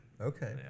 Okay